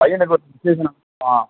பையனுக்கு ஒரு விஷேசம் நடத்துகிறோம்